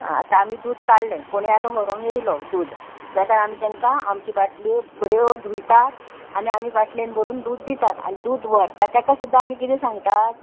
आतां आमी दूद काडलें कोणीय आतां व्हरोंक येयलो दूद जाल्यार आमी तेंकां आमची बाटल्यो बऱ्यो धुयतात आनी आमी बाटलेन भरून दूद दितात आनी दूद व्हरता तेका सुद्दां आमी किदें सांगतात